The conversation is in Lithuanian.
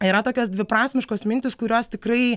yra tokios dviprasmiškos mintys kurios tikrai